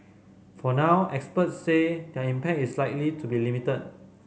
for now experts say their impact is likely to be limited